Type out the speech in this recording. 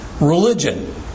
religion